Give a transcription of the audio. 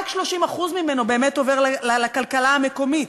רק 30% באמת עובר לכלכלה המקומית.